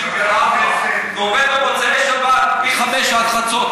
ב-16:00 ועובד במוצאי שבת מ-17:00 עד חצות,